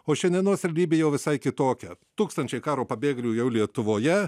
o šiandienos realybė jau visai kitokia tūkstančiai karo pabėgėlių jau lietuvoje